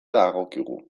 dagokigu